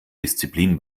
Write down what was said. disziplin